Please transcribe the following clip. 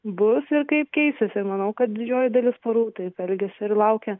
bus ir kaip keisis ir manau kad didžioji dalis porų taip elgiasi ir laukia